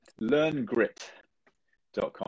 Learngrit.com